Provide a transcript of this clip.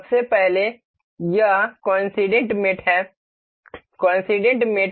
सबसे पहले यह कोइन्सिडेंट मेट है